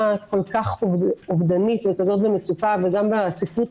כל כך אובדנית וכזאת במצוקה וגם בספרות